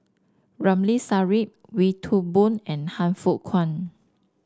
Ramli Sarip Wee Toon Boon and Han Fook Kwang